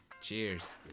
cheers